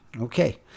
Okay